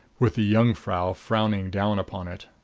with the jungfrau frowning down upon it.